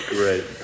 Great